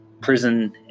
prison